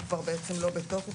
הוא כבר לא בתוקף,